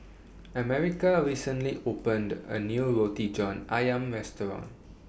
America recently opened A New Roti John Ayam Restaurant